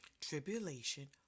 tribulation